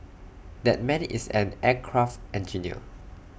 that man is an aircraft engineer